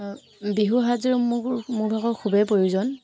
বিহু সাজযোৰ মোৰ মোৰভাগৰ খুবেই প্ৰয়োজন